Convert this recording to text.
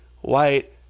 white